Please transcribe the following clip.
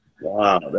Wow